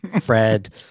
Fred